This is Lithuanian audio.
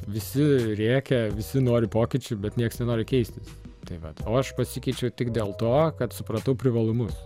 visi rėkia visi nori pokyčių bet nieks nenori keistis tai vat aš pasikeičiau tik dėl to kad supratau privalumus